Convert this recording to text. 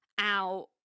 out